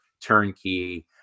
turnkey